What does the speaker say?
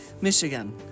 Michigan